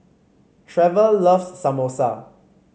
Trever loves Samosa